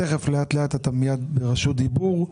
מיד תהיה ברשות דיבור.